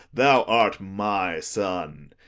thou art my son.